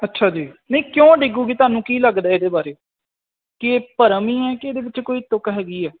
ਅੱਛਾ ਜੀ ਨਹੀਂ ਕਿਉਂ ਡਿੱਗੂਗੀ ਤੁਹਾਨੂੰ ਕੀ ਲੱਗਦਾ ਇਹਦੇ ਬਾਰੇ ਕਿ ਭਰਮ ਹੀ ਹੈ ਕਿ ਇਹਦੇ ਵਿੱਚ ਕੋਈ ਤੁੱਕ ਹੈਗੀ ਹੈ